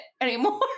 anymore